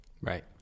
right